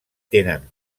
tenen